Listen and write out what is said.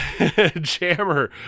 Jammer